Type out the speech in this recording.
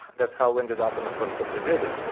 that's how we ended up in the front page of reddit.